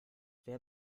wer